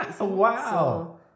Wow